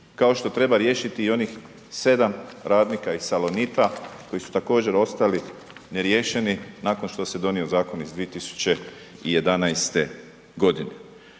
Kao što treba riješiti i onih 7 radnika iz Salonita koji su također ostali neriješeni nakon što se donio zakon iz 2011. godine.